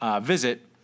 visit